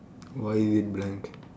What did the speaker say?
why is it blank